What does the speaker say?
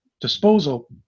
disposal